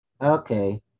Okay